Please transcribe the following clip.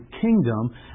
kingdom